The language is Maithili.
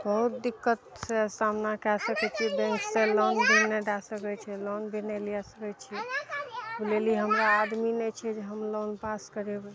बहुत दिक्कतसँ सामना कए सकय छियै बैंकसँ लोन भी नहि दए सकय छै लोन भी नहि लिये सकय छियै बुझलियै हमरा आदमी नहि छै जे हम लोन पास करेबय